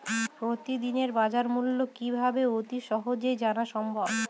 প্রতিদিনের বাজারমূল্য কিভাবে অতি সহজেই জানা সম্ভব?